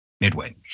Midway